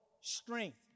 strength